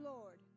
Lord